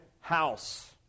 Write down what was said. house